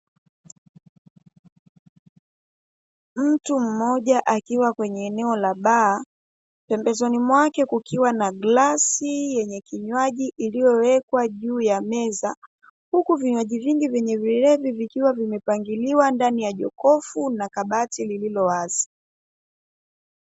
Mtu mmoja akiwa kwenye eneo la bar pembezoni mwake kukiwa na glasi yenye kinywaji iliyowekwa juu ya meza huku vinywaji vingi vyenye vilevikiwa vimepangiliwa ndani ya jokofu na kabati lililowaza.